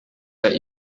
that